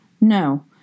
No